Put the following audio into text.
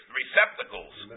receptacles